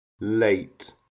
late